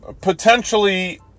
potentially